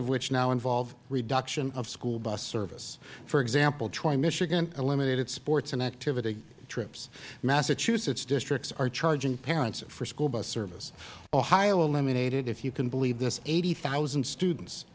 of which now involve reduction of school bus service for example troy michigan eliminated sports and activity trips massachusetts districts are charging parents for school bus service ohio eliminated if you can believe this eighty thousand students